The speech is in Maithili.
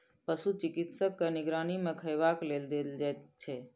पशु चिकित्सकक निगरानी मे खयबाक लेल देल जाइत छै